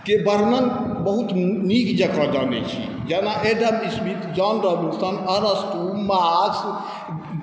के वर्णन बहुत नीक जकाँ जानै छी जेना एडम स्मिथ जॉन डब्ल्यू अरस्तु मार्क्स